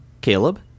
Caleb